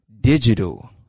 digital